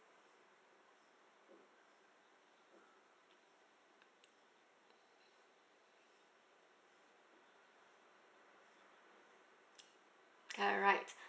alright